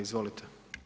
Izvolite.